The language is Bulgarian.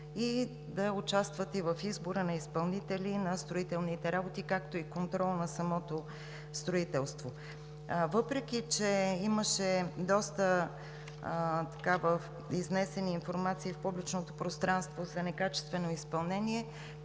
и да участват в избора на изпълнители на строителните работи, както и контрол на самото строителство. Въпреки че имаше доста изнесени информации в публичното пространство за некачествено изпълнение,